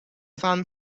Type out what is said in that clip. sun